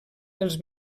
els